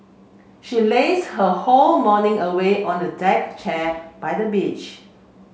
she laze her whole morning away on a deck chair by the beach